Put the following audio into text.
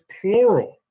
plural